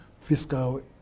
fiscal